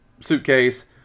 suitcase